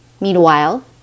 Meanwhile